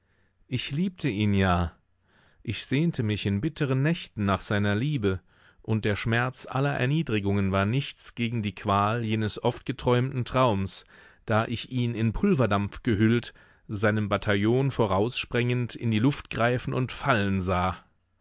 ich liebte ihn ja ich sehnte mich in bitteren nächten nach seiner liebe und der schmerz aller erniedrigungen war nichts gegen die qual jenes oft geträumten traums da ich ihn in pulverdampf gehüllt seinem bataillon voraussprengend in die luft greifen und fallen sah